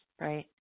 right